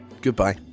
goodbye